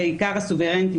בעיקר הסוברניים,